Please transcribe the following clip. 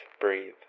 Breathe